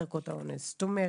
דבר נוסף שחשוב לי לומר.